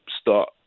start